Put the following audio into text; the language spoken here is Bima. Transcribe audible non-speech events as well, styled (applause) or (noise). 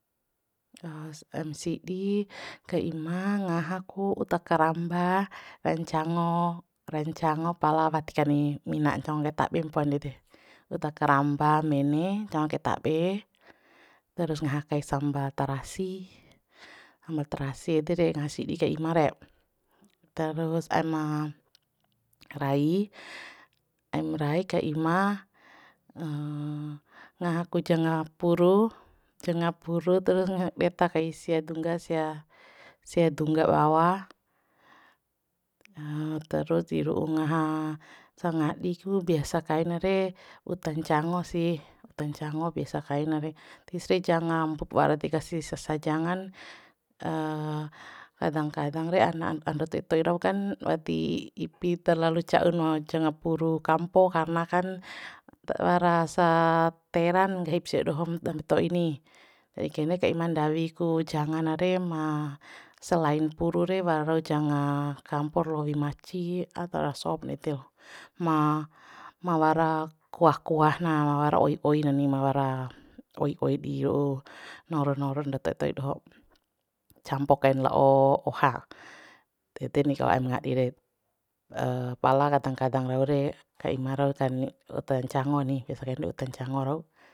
Aim sidi ka ima ngaha ku uta karamba ra ncango ra ncango pala wati kani mina ncango kai tabe mpoa ndede uta karamba mene ncango kai tab'e terus ngaha kai samba tarasi samba tarasi ede re ngaha sidi ka ima re terus aima rai aim rai ka ima (hesitation) ngaha ku janga puru janga puru terus ngaha detta kai sia dungga sia sia dungga bawa (hesitation) terus ndi ru'u ngaha sangadi ku biasa kaina re uta ncango sih uta ncango biasa kain re tis re janga mbup wara deka sisa sa jangan (hesitation) kadang kadang re ana andou to'i to'i raukan wati i ipi terlalu cauna nga janga puru kampo karna kan wara sa teran nggahip sia dohom ndambe to'i ni (unintelligible) kein re ka ima ndawi ku jangana re ma selain puru re wara janga kampor lowi maci atora sop ndede lo ma ma wara kuah kuah na ma wara oi oi na ni ma wara oi oi di ru'u noro noror ndau to'i to'i doho campo kain la'o oha de de ni kalo aim ngadi re (hesitation) pala kadang kadang rau re ka ima rau kani uta ncango ni biasa kain uta ncango rau